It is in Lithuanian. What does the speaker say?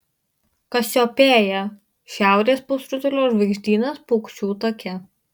kasiopėja šiaurės pusrutulio žvaigždynas paukščių take